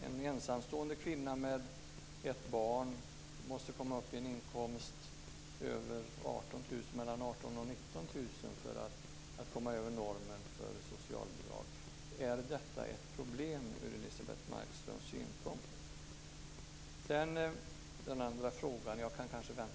En ensamstående mamma med ett barn måste komma upp i en inkomst mellan 18 000 och 19 000 kr för att komma över normen för socialbidrag. Är detta ett problem ur Elisebeht Markströms synpunkt?